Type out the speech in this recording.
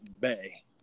Bay